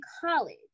college